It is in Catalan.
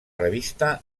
revista